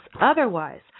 otherwise